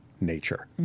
Nature